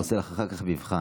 עושה לך אחר כך מבחן.